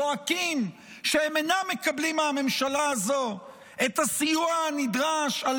זועקים שהם אינם מקבלים מהממשלה הזו את הסיוע הנדרש על